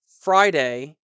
Friday